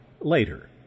later